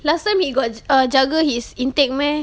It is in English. last time he got juggle his intake meh